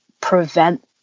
prevent